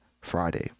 Friday